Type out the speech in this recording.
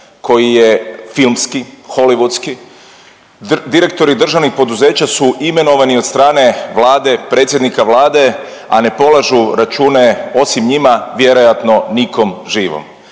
koji je filmski, holivudski. Direktori državnih poduzeća su imenovani od strane Vlade, predsjednika Vlade, a ne polažu račune, osim njima, vjerojatno nikom živom.